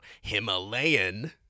Himalayan